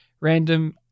random